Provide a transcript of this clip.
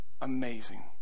amazing